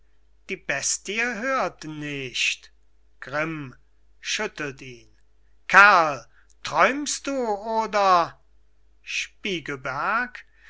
die bestie hört nicht grimm schüttelt ihn kerl träumst du oder spiegelberg